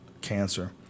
cancer